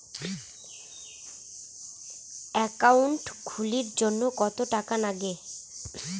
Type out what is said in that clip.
Account খুলির জন্যে কত টাকা নাগে?